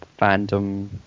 fandom